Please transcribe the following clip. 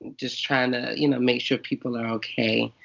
just trying to you know make sure people are okay.